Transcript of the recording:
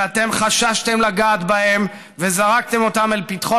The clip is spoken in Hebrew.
שאתם חששתם לגעת בהם וזרקתם אותם אל פתחו